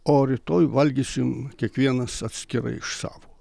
o rytoj valgysim kiekvienas atskirai iš savo